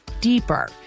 deeper